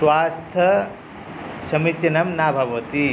स्वास्थ्यं समीचीनं न भवति